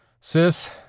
Sis